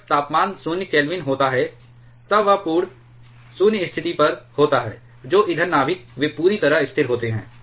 जब तापमान 0 केल्विन होता है तब वह पूर्ण 0 स्थिति पर होता है जो ईंधन नाभिक वे पूरी तरह स्थिर होते हैं